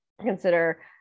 consider